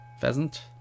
pheasant